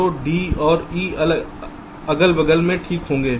तो d और e अगल बगल में ठीक होंगे